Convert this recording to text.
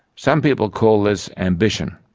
some people call this ambition,